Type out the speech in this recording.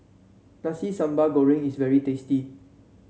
Nasi Sambal Goreng is very tasty